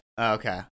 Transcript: Okay